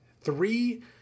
three